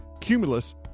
Cumulus